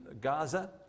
Gaza